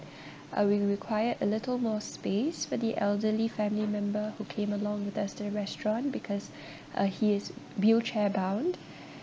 uh we required a little more space for the elderly family member who came along with us to the restaurant because uh he is wheelchair bound